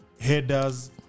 headers